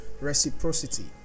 reciprocity